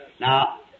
Now